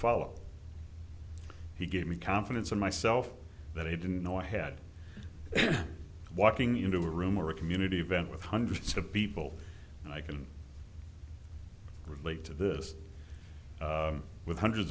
follow he gave me confidence in myself that i didn't know i had walking into a room or a community event with hundreds of people and i can relate to this with hundreds